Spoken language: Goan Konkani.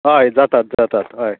हय जाता जातात हय